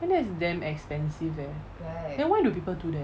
then that it's damn expensive eh then why do people do that